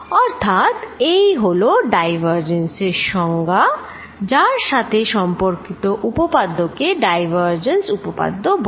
অর্থাৎ এই হলো ডাইভারজেন্স এর সংজ্ঞা যার সাথে সম্পর্কিত উপপাদ্য কে ডাইভারজেন্স উপপাদ্য বলে